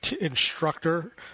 instructor